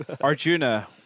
Arjuna